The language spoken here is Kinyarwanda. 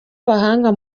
abahanga